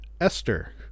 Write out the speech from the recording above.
Esther